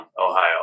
ohio